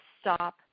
stop